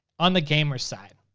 on the gamer side.